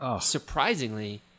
Surprisingly